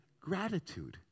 gratitude